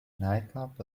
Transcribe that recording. nightclub